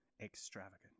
extravagant